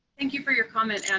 thank you for your comment, ana.